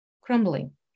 crumbling